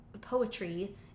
poetry